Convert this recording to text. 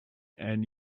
and